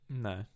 No